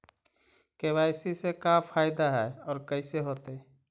KYC से का फायदा है और कैसे होतै?